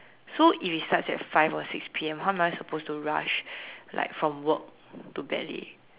so if it starts at five or six P_M how am I supposed to rush like from work to ballet